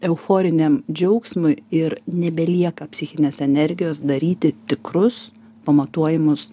euforiniam džiaugsmui ir nebelieka psichinės energijos daryti tikrus pamatuojamus